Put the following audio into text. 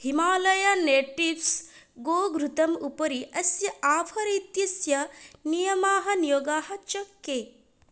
Himalaya natives गोघृतम् उपरि अस्य आफ़र् इत्यस्य नियमाः नियोगाः च के